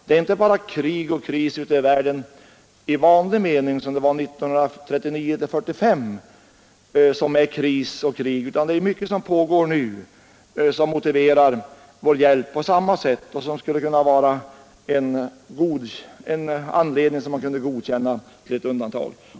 Det är inte bara krig och kris ute i världen i vanlig mening, som det var 1939-1945, utan det är mycket som pågår nu som motiverar vår hjälp på samma sätt och som skulle kunna vara anledning till att vi gjorde ett undantag.